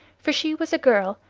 for she was a girl,